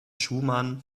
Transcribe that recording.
schumann